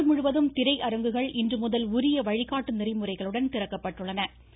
நாடுமுழுவதும் திரை அரங்குகள் இன்றுமுதல் உரிய வழிகாட்டு நெறிமுறைகளுடன் திறக்கப்பட்டுள்ளன